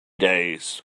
days